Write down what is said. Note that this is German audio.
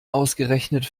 ausgerechnet